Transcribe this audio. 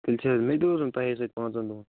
تیٚلہِ چھا حظ میٚتہِ روزُن تۄہے سۭتۍ پانٛژن دۄہن